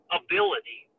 ability